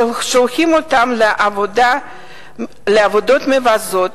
ששולחים אותם לעבודות מבזות,